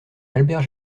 albert